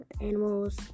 animals